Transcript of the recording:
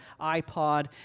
iPod